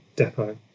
depot